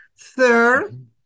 Third